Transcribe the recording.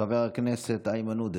חבר הכנסת איימן עודה,